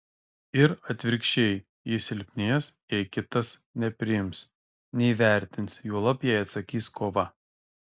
ir atvirkščiai ji silpnės jei kitas nepriims neįvertins juolab jei atsakys kova